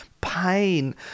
pain